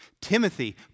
Timothy